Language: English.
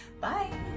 bye